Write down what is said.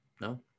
No